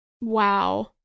wow